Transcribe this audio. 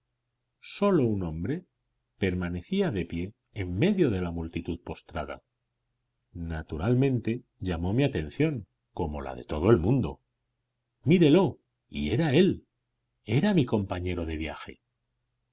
sólo un hombre permanecía de pie en medio de la multitud postrada naturalmente llamó mi atención como la de todo el mundo mirélo y era él era mi compañero de viaje